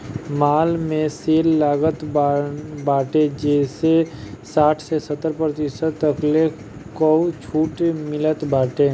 माल में सेल लागल बाटे जेमें साठ से सत्तर प्रतिशत तकले कअ छुट मिलत बाटे